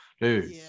dude